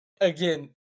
Again